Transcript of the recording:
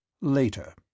Later